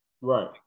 right